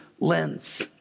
lens